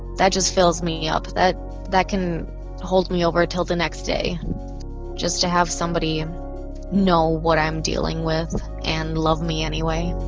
that just fills me up. that that can hold me over till the next day just to have somebody know what i'm dealing with and love me anyway